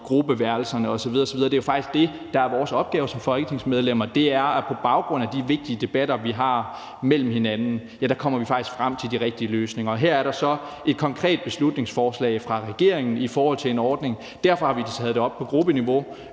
gruppeværelserne osv. osv. Det er jo faktisk det, der er vores opgave som folketingsmedlemmer; det er, at vi på baggrund af de vigtige debatter, vi har mellem hinanden, faktisk kommer frem til de rigtige løsninger. Her er der så et konkret beslutningsforslag fra regeringen i forhold til en ordning, og derfor har vi taget det op på gruppeniveau,